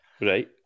Right